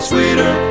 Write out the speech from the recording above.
Sweeter